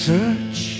Search